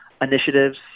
initiatives